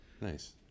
nice